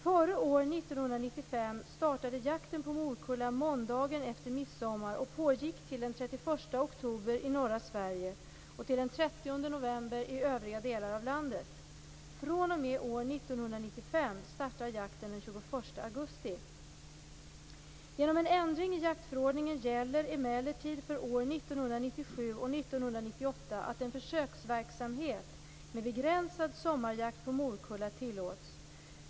Före år 1995 startade jakten på morkulla måndagen efter midsommar och pågick till den 31 oktober i norra Sverige och till den 30 november i övriga delar av landet. fr.o.m. år 1995 startar jakten den 21 augusti. Genom en ändring i jaktförordningen gäller emellertid för år 1997 och 1998 att en försöksverksamhet med begränsad sommarjakt på morkulla tilllåts.